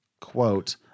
quote